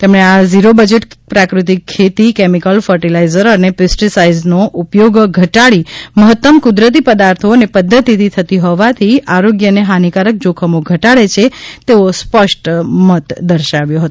તેમણે આ zero budget પ્રાકૃતિક ખેતી કેમિકલ ફર્ટીલાઇઝર અને પેસ્ટીસાઇડ્સનો ઉપયોગ ઘટાડી મહત્તમ કુદરતી પદાર્થો અને પદ્વતિથી થતી હોવાથી આરોગ્યને હાનિકારક જોખમો ઘટાડે છે તેવો સ્પષ્ટ મત દર્શાવ્યો હતો